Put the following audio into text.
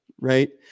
right